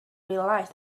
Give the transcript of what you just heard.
realize